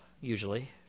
usually